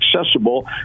accessible